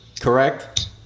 correct